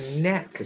neck